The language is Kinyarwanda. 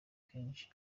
kenshi